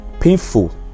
painful